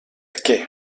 què